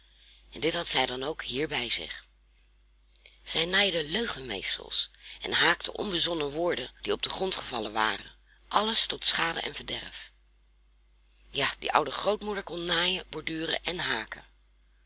en dit had zij dan ook hier bij zich zij naaide leugenweefsels en haakte onbezonnen woorden die op den grond gevallen waren alles tot schade en verderf ja die oude grootmoeder kon naaien borduren en haken